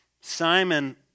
Simon